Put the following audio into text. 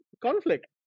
conflict